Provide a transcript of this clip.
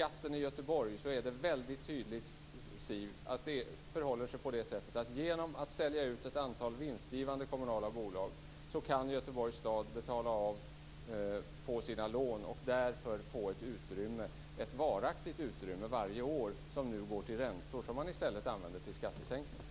Ahl, förhåller det sig så att genom att sälja ut ett antal vinstgivande kommunala bolag kan Göteborgs stad betala av på sina lån och därigenom få ett varaktigt utrymme varje år. Dessa pengar går nu till räntor, men kan i stället användas till skattesänkningar.